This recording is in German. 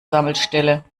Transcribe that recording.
sammelstelle